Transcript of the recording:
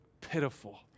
pitiful